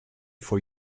for